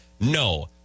No